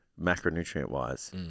macronutrient-wise